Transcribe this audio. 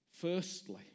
firstly